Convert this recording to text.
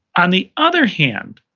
on the other hand,